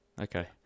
Okay